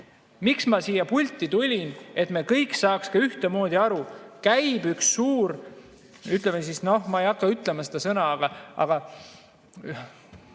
Miks ma siia pulti tulin? Et me kõik saaksime ühtemoodi aru, käib üks suur, ütleme, noh, ma ei hakka ütlema seda sõna, aga